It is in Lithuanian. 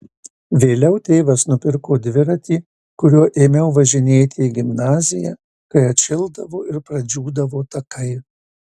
vėliau tėvas nupirko dviratį kuriuo ėmiau važinėti į gimnaziją kai atšildavo ir pradžiūdavo takai